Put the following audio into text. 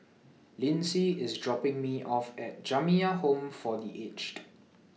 Lyndsay IS dropping Me off At Jamiyah Home For The Aged